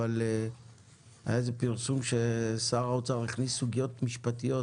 היה פרסום ששר שהאוצר הכניס סוגיות משפטיות